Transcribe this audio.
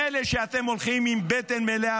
מילא שאתם הולכים עם בטן מלאה,